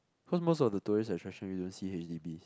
cause most of the tourist attraction we don't see H_D_B